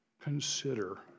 consider